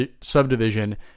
subdivision